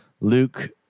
Luke